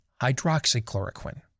hydroxychloroquine